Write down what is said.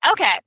Okay